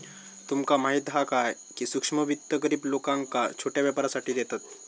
तुमका माहीत हा काय, की सूक्ष्म वित्त गरीब लोकांका छोट्या व्यापारासाठी देतत